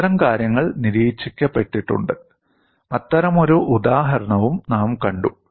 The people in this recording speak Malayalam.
അത്തരം കാര്യങ്ങൾ നിരീക്ഷിക്കപ്പെട്ടിട്ടുണ്ട് അത്തരമൊരു ഉദാഹരണവും നാം കണ്ടു